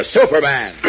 Superman